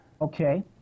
Okay